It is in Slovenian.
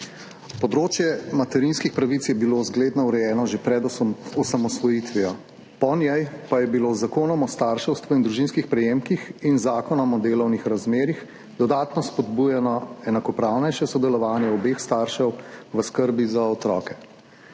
Področje materinskih pravic je bilo zgledno urejeno že pred osamosvojitvijo, po njej pa je bilo z Zakonom o starševstvu in družinskih prejemkih in z Zakonom o delovnih razmerjih dodatno spodbujeno enakopravnejše sodelovanje obeh staršev v skrbi za otroke.